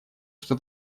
что